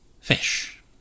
fish